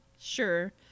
Sure